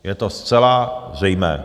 Je to zcela zřejmé.